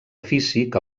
físic